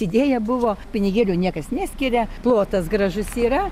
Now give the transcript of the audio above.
idėja buvo pinigėlių niekas neskiria plotas gražus yra